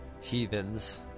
heathens